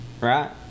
right